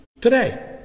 today